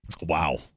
Wow